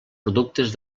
productes